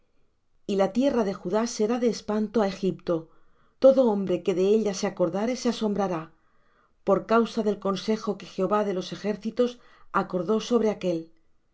y la tierra de judá será de espanto á egipto todo hombre que de ella se acordare se asombrará por causa del consejo que jehová de los ejércitos acordó sobre aquél